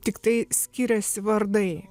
tiktai skiriasi vardai